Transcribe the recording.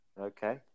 Okay